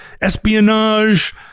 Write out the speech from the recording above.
espionage